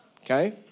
Okay